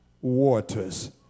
waters